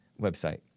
Website